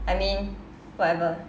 I mean whatever